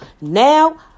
Now